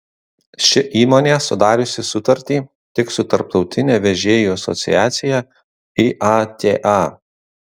ši įmonė sudariusi sutartį tik su tarptautine vežėjų asociacija iata